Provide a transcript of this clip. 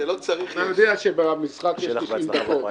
אין ההצעה אושרה.